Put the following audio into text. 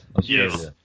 Yes